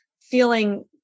feeling